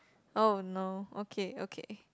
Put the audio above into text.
oh no okay okay